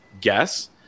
guess